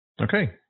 Okay